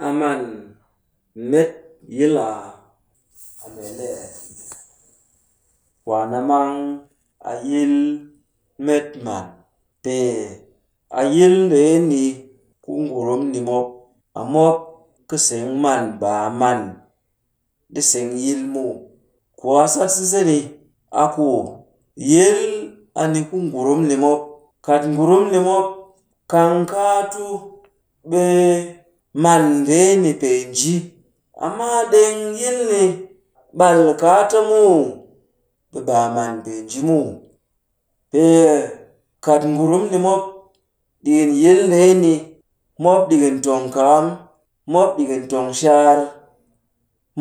Aman met yil aa, a mee le ee? Kwaan a mang a yil met man. Pee a yil ndeeni ku ngurum ni mop, a mop kɨ seng man, ba a man ɗi seng yil muw. Ku a sat sise ni, a ku yil a ni ku ngurum ni mop. Kat ngurum ni mop kang kaa tu, ɓe man ndeeni pee nji. Amma ɗeng yil ni ɓal kaa ta muw, ɓe baa man pee nji muw. Pee kat ngurumm ni mop, ɗikin yi ndeeni mop ɗikin tong kakam, mop ɗikin tong shaar,